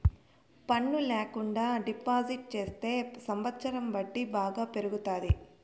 పన్ను ల్యాకుండా డిపాజిట్ చెత్తే సంవచ్చరం వడ్డీ బాగా పెరుగుతాది